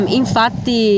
infatti